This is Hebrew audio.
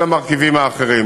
כל המרכיבים האחרים.